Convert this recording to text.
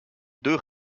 deux